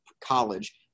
college